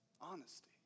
Honesty